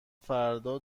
فردا